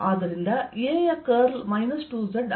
ಆದ್ದರಿಂದ A ಯ curl 2z ಆಗಿದೆ